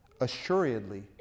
Assuredly